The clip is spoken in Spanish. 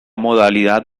modalidad